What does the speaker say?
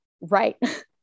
Right